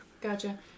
Gotcha